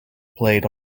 played